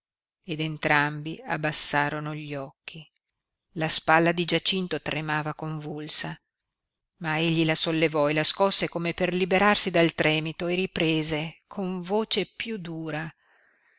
ed entrambi abbassarono gli occhi la spalla di giacinto tremava convulsa ma egli la sollevò e la scosse come per liberarsi dal tremito e riprese con voce piú dura